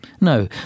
No